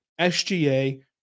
SGA